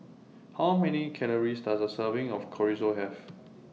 How Many Calories Does A Serving of Chorizo Have